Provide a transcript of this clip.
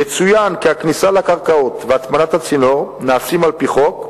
יצוין כי הכניסה לקרקעות והטמנת הצינור נעשות על-פי חוק,